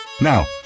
Now